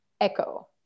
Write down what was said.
echo